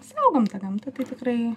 saugom tą gamtą tai tikrai